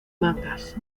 mangas